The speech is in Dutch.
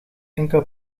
enkel